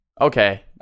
Okay